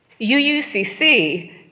UUCC